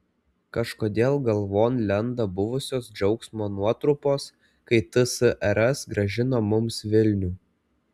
kažkodėl galvon lenda buvusios džiaugsmo nuotrupos kai tsrs grąžino mums vilnių